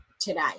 today